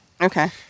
Okay